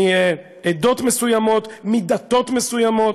מעדות מסוימות, מדתות מסוימות,